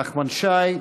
נחמן שי,